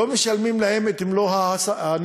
לא משלמים להם את מלוא הנסיעות.